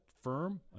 firm